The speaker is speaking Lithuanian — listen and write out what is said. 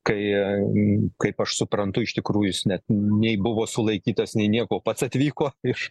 kai kaip aš suprantu iš tikrųjų jis net nei buvo sulaikytas nei nieko pats atvyko iš